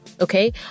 okay